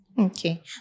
Okay